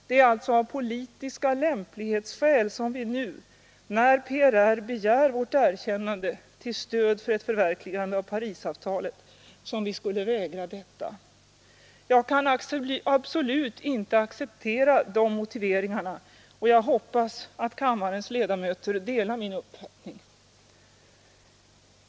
Det är alltså av politiska läm plighetsskäl som vi nu, när PRR begär vårt erkännande till stöd för ett förverkligande av Parisavtalet, skulle vägra detta. Jag kan absolut inte acceptera de motiveringarna, och jag hoppas att kammarens ledamöter delar min uppfattning.